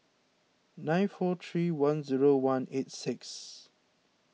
nine four three one zero one eight six